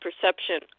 perception